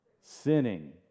sinning